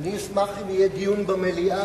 אני אשמח אם יהיה דיון במליאה,